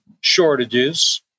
shortages